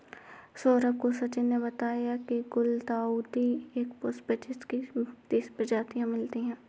सौरभ को सचिन ने बताया की गुलदाउदी एक पुष्प है जिसकी तीस प्रजातियां मिलती है